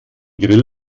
grill